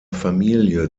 familie